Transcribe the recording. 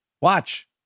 Watch